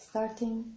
starting